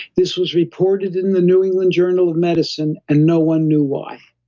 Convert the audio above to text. this was reported in the new england journal of medicine, and no one knew why